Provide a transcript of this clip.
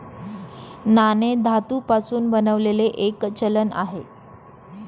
नाणे धातू पासून बनलेले एक चलन आहे